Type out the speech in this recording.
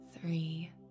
three